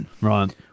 Right